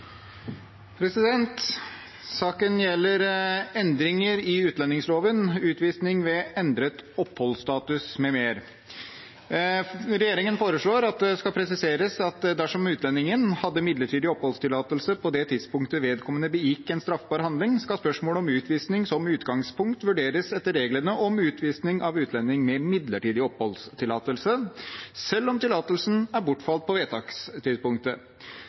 Saken gjelder endringer i utlendingsloven – utvisning ved endret oppholdsstatus m.m. Regjeringen foreslår at det skal presiseres at dersom utlendingen hadde midlertidig oppholdstillatelse på det tidspunktet vedkommende begikk en straffbar handling, skal spørsmålet om utvisning som utgangspunkt vurderes etter reglene om utvisning av utlending med midlertidig oppholdstillatelse, selv om tillatelsen er bortfalt på vedtakstidspunktet.